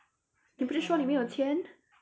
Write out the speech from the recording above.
你不是说没有钱